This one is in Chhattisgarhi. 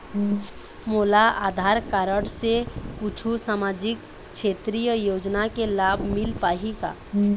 मोला आधार कारड से कुछू सामाजिक क्षेत्रीय योजना के लाभ मिल पाही का?